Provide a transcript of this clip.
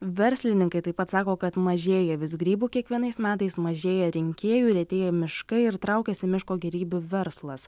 verslininkai taip pat sako kad mažėja vis grybų kiekvienais metais mažėja rinkėjų retėja miškai ir traukiasi miško gėrybių verslas